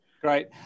Great